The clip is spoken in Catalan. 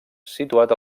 situat